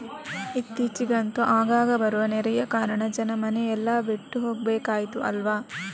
ಇತ್ತೀಚಿಗಂತೂ ಆಗಾಗ ಬರುವ ನೆರೆಯ ಕಾರಣ ಜನ ಮನೆ ಎಲ್ಲ ಬಿಟ್ಟು ಹೋಗ್ಬೇಕಾಯ್ತು ಅಲ್ವಾ